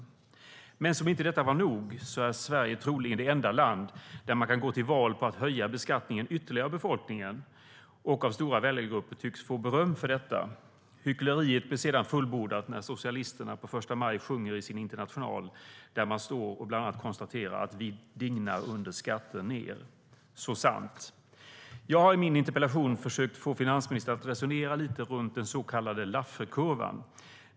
Som om inte detta är nog är Sverige troligen det enda land där man kan gå till val på att höja beskattningen ytterligare för befolkningen samtidigt som man av stora väljargrupper tycks få beröm för detta. Hyckleriet är sedan fullbordat när socialisterna på första maj sjunger i sin international att "vi under skatter digna ner". Så sant. Jag har i min interpellation försökt att få finansministern att resonera lite kring den så kallade Lafferkurvan.